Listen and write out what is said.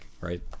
right